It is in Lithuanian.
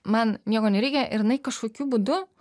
man nieko nereikia ir jinai kažkokiu būdu